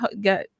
got